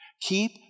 Keep